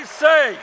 say